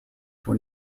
were